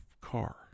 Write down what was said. car